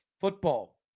Football